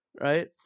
Right